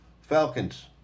Falcons